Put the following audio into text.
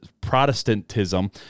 Protestantism